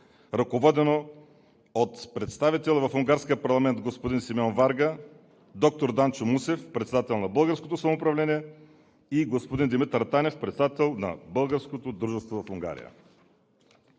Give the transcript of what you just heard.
ръководено от представителя в унгарския парламент господин Симеон Варга, доктор Данчо Мусев – председател на Българското републиканско самоуправление, и господин Димитър Танев – председател на Българското дружество в Унгария.